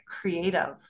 creative